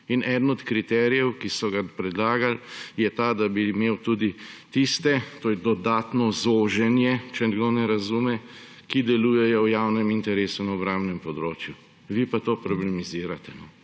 Eden od kriterijev, ki so ga predlagali, je ta, da bi imel tudi tiste, to je dodatno zoženje, če kdo ne razume, ki delujejo v javnem interesu na obrambnem področju. Vi pa to problemizirate.